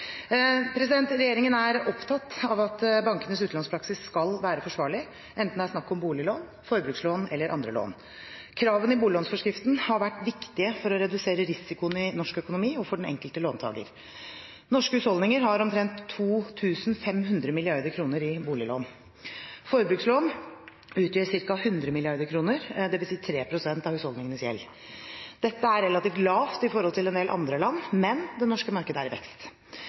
Regjeringen er opptatt av at bankenes utlånspraksis skal være forsvarlig, enten det er snakk om boliglån, forbrukslån eller andre lån. Kravene i boliglånsforskriften har vært viktige for å redusere risikoen i norsk økonomi og for den enkelte låntaker. Norske husholdninger har omtrent 2 500 mrd. kr i boliglån. Forbrukslån utgjør ca. 100 mrd. kr, dvs. 3 pst. av husholdningenes gjeld. Dette er relativt lavt i forhold til en del andre land, men det norske markedet er i vekst.